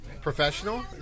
professional